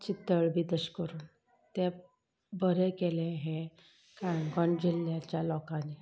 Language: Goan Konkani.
चितळ बी तशे करून तें बरें केलें हें काणकोण जिल्ल्याच्या लोकांनी